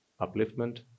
upliftment